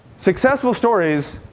successful stories,